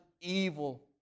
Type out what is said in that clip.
evil